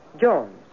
Jones